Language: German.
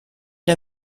der